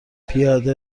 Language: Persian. پیاده